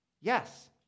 Yes